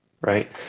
Right